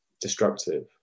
destructive